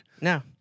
No